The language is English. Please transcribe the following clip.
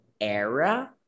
Era